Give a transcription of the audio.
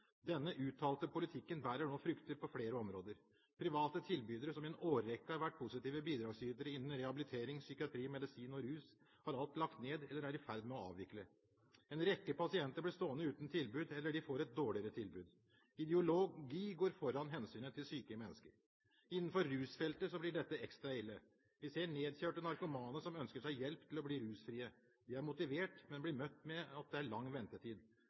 Denne uttalte politikken bærer nå frukter på flere områder. Private tilbydere, som i en årrekke har vært positive bidragsytere innen rehabilitering, psykiatri, medisin og rus, har alt lagt ned, eller er i ferd med å avvikle. En rekke pasienter blir stående uten tilbud eller de får et dårligere tilbud. Ideologi går foran hensynet til syke mennesker. Innenfor rusfeltet blir dette ekstra ille. Vi ser nedkjørte narkomane som ønsker hjelp til å bli rusfrie. De er motiverte, men blir møtt med at det er lang ventetid.